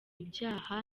ibyaha